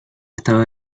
estaba